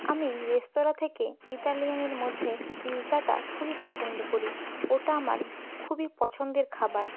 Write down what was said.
আমি রেস্তোরাঁ থেকে ইতালিয়ানের মধ্যে পিৎজাটা খুবই পছন্দ করি ওটা আমার খুবই পছন্দের খাবার